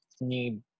need